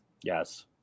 Yes